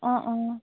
অঁ অঁ